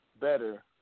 Better